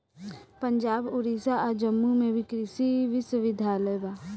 पंजाब, ओडिसा आ जम्मू में भी कृषि विश्वविद्यालय बा